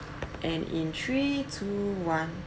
and in three two one